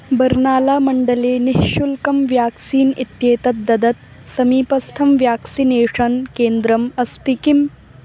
बर्नालामण्डले निश्शुल्कं व्याक्सीन् इत्येतत् ददत् समीपस्थं व्याक्सिनेषन् केन्द्रम् अस्ति किम्